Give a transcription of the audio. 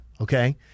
Okay